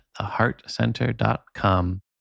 theheartcenter.com